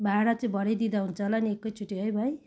भाडा चाहिँ भरे दिँदा हुन्छ होला नि एकै चोटि है भाइ